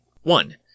One